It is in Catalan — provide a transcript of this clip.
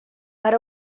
per